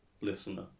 listener